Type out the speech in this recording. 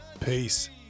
peace